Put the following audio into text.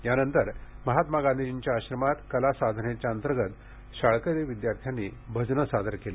यानंतर महात्मा गांधीजींच्या आश्रमात कलासाधनेअंतर्गत शाळकरी विद्यार्थ्यांनी भजने सादर केली